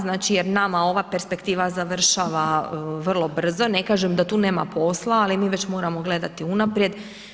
Znači jer nama ova perspektiva završava vrlo brzo, ne kažem da tu nema posla, ali mi već moramo gledati unaprijed.